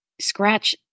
scratch